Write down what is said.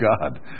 God